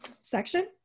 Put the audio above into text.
section